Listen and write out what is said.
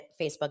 Facebook